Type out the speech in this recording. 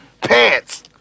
pants